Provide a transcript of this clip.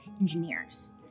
Engineers